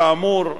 כאמור,